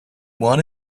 want